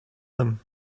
them